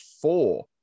four